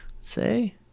say